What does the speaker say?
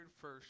first